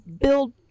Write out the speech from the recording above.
build